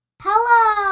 Hello